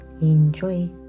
Enjoy